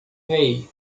hey